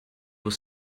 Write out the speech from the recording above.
will